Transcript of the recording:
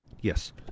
Yes